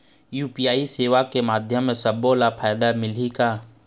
UPI सेवा के माध्यम म सब्बो ला फायदा मिलही का?